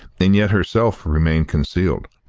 and yet herself remain concealed.